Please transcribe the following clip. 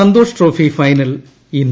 Santhosh trophy final ഇന്ന്